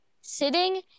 sitting